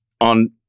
on